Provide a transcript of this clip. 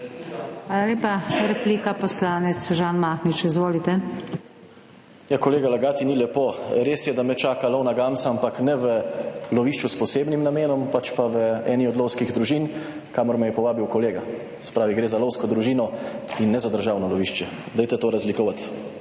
lepa. Replika, poslanec Žan Mahnič, izvolite. ŽAN MAHNIČ (PS SDS): Ja, kolega, lagati ni lepo. Res je, da me čaka lovna gamsa, ampak ne v lovišču s posebnim namenom, pa v eni od lovskih družin, kamor me je povabil kolega. Se pravi, gre za lovsko družino in ne za državno lovišče, dajte to razlikovati.